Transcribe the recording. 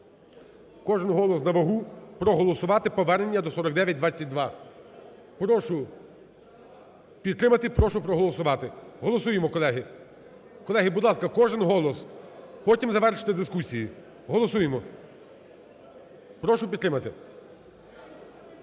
кожен голос на вагу, проголосувати повернення до 4922. Прошу підтримати, прошу проголосувати, голосуємо, колеги. Колеги, будь ласка, кожен голос, потім завершите дискусії, голосуємо, прошу підтримати.